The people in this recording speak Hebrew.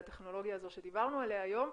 הטכנולוגיה הזו שדיברנו עליה היום,